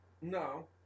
No